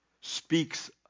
speaks